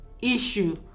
issue